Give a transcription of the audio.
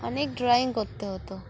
অনেক ড্রয়িং করতে হতো